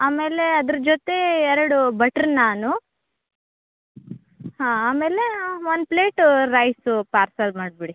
ಆಮೇಲೆ ಅದ್ರ ಜೊತೆ ಎರಡು ಬಟ್ರ್ ನಾನು ಹಾಂ ಆಮೇಲೆ ಒನ್ ಪ್ಲೇಟು ರೈಸು ಪಾರ್ಸಲ್ ಮಾಡಿಬಿಡಿ